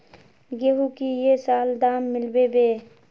गेंहू की ये साल दाम मिलबे बे?